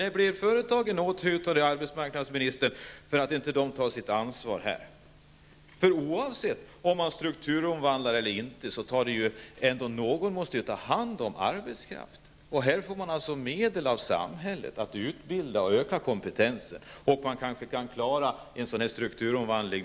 När skall företagen bli åthutade för att de inte tar sitt ansvar, arbetsmarknadsministern? Oavsett om man strukturomvandlar eller inte måste ju någon ta hand om arbetskraften. I detta fall får företaget alltså medel av samhället för att utbilda personalen och därmed öka kompetensen. En strukturomvandling kanske dessutom kan klaras genom naturlig avgång.